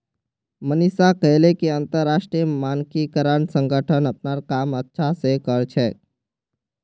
मनीषा कहले कि अंतरराष्ट्रीय मानकीकरण संगठन अपनार काम अच्छा स कर छेक